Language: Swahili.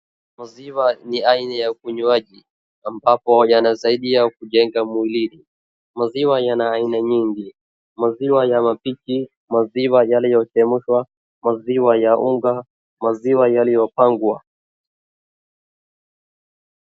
Maziwa ni aina ya ukunywaji ambapo yanasaidia kujenga mwilini, maziwa yana aina nyingi, maziwa ya mapiki, maziwa yale ya kuchemshwa, maziwa ya unga, maziwa yaliyopangwa.